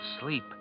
sleep